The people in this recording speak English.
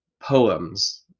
poems